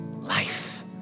life